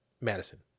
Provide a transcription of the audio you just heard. Madison